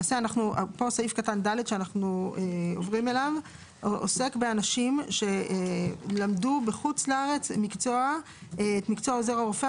למעשה סעיף קטן (ד) עוסק באנשים שלמדו בחוץ לארץ את מקצוע עוזר הרופא,